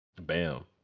BAM